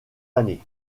années